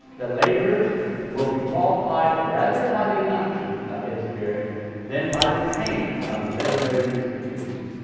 the laborers will be qualified rather by the unction of his spirit than by the training of literary institutions.